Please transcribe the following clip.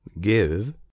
give